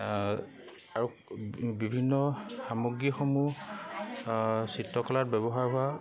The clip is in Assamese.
আৰু বিভিন্ন সামগ্ৰীসমূহ চিত্ৰকলাত ব্যৱহাৰ হোৱা